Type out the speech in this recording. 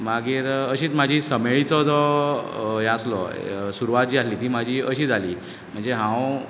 मागीर अशीच म्हाजी समेळीचो जो हें आसलो सुरवात जी आसली ती म्हजी अशी जाली म्हणजे हांव